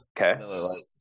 Okay